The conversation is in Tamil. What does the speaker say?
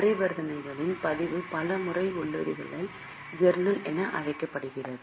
பரிவர்த்தனையின் பதிவு பல முறை உள்ளீடுகளின் ஜர்னல் என அழைக்கப்படுகிறது